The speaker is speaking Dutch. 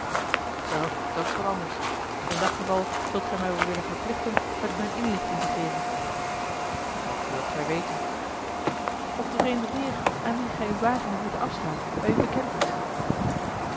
zoo dat is wat anders in dat geval zult gij mij wel willen verplichten met me eene inlichting te geven wat wilt gij weten of de vreemde heer aan wien gij uw wagen hebt moeten afstaan bij u bekend is